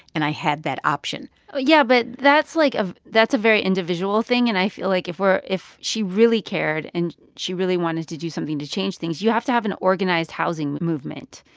and i had that option yeah. but that's like that's a very individual thing. and i feel like if we're if she really cared and she really wanted to do something to change things, you have to have an organized housing movement,